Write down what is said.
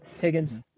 Higgins